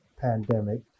pandemic